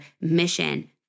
mission